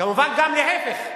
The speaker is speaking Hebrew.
כמובן גם להיפך,